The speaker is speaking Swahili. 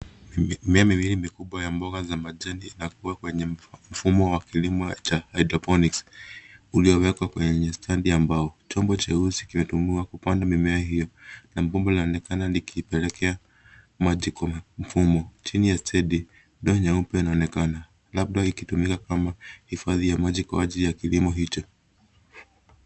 Mimea miwili mikubwa ya mboga za majani inakua kwenye mfumo wa kilimo cha hydroponics , uliowekwa kwenye stedi ya mbao. Chombo cheusi kimetumiwa kupanda mimea hio, na bombo linaonekana likipelekea maji kwenye mfumo. Chini ya stedi, ndoo nyeupe inaonekana, labda ikitumika kama hifadhi ya maji kwa ajili ya kilima hicho.